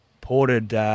Ported